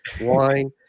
wine